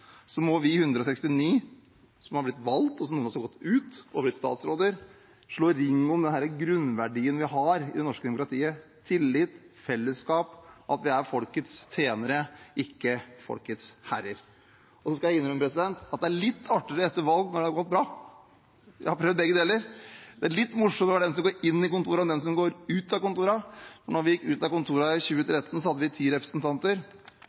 må vi 169 som har blitt valgt – noen av oss har gått ut og blitt statsråder – slå ring om den grunnverdien vi har i det norske demokratiet: tillit og fellesskap, og at vi er folkets tjenere, ikke folkets herrer. Så skal jeg innrømme at det er litt artigere etter valg når det har gått bra, jeg har prøvd begge deler. Det er litt morsommere for dem som går inn i kontorene, enn for dem som går ut av kontorene. Da vi gikk ut av kontorene i 2013, hadde vi 10 representanter.